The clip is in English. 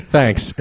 Thanks